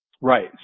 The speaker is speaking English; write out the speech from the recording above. Right